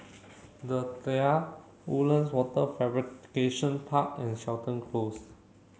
the Tiara Woodlands Wafer Fabrication Park and Seton Close